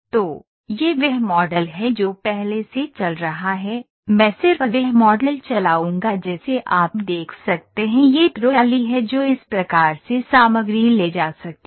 तो यह वह मॉडल है जो पहले से चल रहा है मैं सिर्फ वह मॉडल चलाऊंगा जिसे आप देख सकते हैं यह ट्रॉली है जो इस प्रकार से सामग्री ले जा सकती है